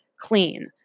clean